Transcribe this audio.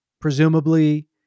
Presumably